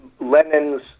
Lenin's